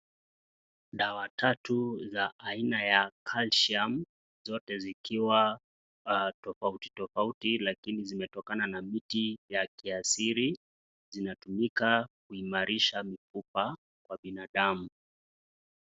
Dawa tatu za aina ya calcium zote zikiwa tofauti , lakini zimetokana na miti ya kiasili. Zinatumika kuimalisha mifupa ya binadamu.